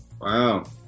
Wow